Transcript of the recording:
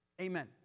Amen